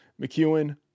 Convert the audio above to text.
McEwen